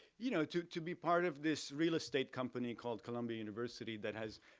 you know, to to be part of this real estate company called columbia university that has,